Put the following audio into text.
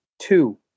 two